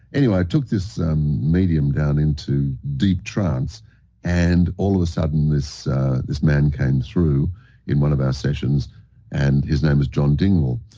anyways took this medium down into deep-trance and all of a sudden, this this man came through in one of our sessions and his name was john dingwall.